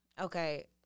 okay